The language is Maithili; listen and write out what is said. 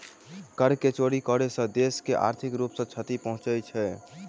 कर के चोरी करै सॅ देश के आर्थिक रूप सॅ क्षति पहुँचे छै